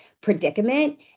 predicament